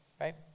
right